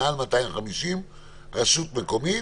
ומעל 250 רשות מקומית